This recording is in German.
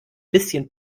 bisschen